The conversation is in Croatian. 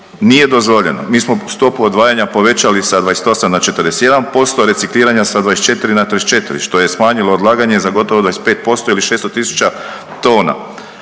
nije dozvoljeno, mi smo stopu odvajanja povećali sa 28 na 41%, recikliranja sa 24 na 34% što je smanjilo odlaganje za gotovo 25% ili 600